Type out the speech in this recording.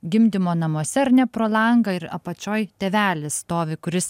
gimdymo namuose ar ne pro langą ir apačioj tėvelis stovi kuris